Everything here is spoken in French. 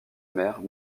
mère